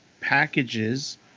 packages